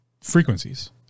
frequencies